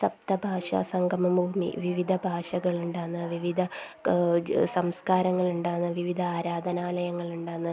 സപ്ത ഭാഷ സംഗമ ഭൂമി വിവിധ ഭാഷകളുണ്ടാവുന്നു വിവിധ സംസ്കാരങ്ങളുണ്ടാവുന്നു വിവിധ ആരാധനാലയങ്ങൾ ഉണ്ടാവുന്നു